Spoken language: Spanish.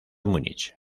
múnich